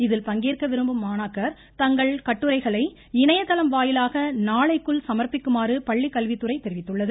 இதில் பங்கேற்க விரும்பும் மாணாக்கர் தங்கள் கட்டுரைகளை இணையதளம் வாயிலாக நாளைக்குள் சமா்ப்பிக்குமாறு பள்ளிக்கல்வித்துறை தெரிவித்துள்ளது